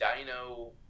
dino